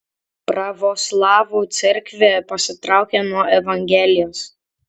pravoslavų cerkvė pasitraukė nuo evangelijos